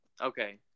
Okay